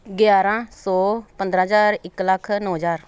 ਗਿਆਰਾਂ ਸੌ ਪੰਦਰਾਂ ਹਜ਼ਾਰ ਇੱਕ ਲੱਖ ਨੌਂ ਹਜ਼ਾਰ